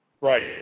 Right